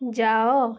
ଯାଅ